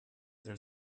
there